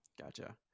gotcha